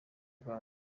bwazo